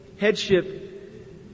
headship